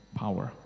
power